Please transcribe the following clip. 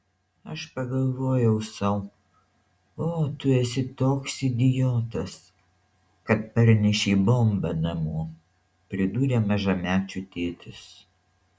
aš pagalvojau sau o tu esi toks idiotas kad parnešei bombą namo pridūrė mažamečių tėtis